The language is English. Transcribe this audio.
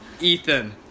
Ethan